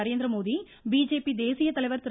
Narendra Modi BJP தேசிய தலைவர் திரு